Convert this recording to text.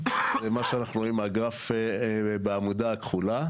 ומה שאנחנו רואים הגרף בעמודה הכחולה,